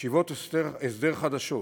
ישיבות הסדר חדשות